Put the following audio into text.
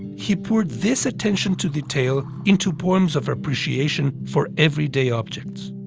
he poured this attention to detail into poems of appreciation for everyday objects.